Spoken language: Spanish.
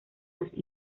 nos